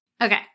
Okay